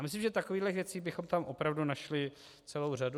Myslím, že takových věcí bychom tam opravdu našli celou řadu.